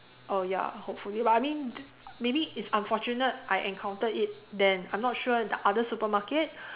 oh ya hopefully but I mean maybe it's unfortunate I encountered it then I'm not sure the other supermarket